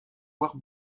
boire